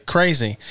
Crazy